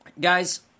guys